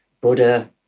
Buddha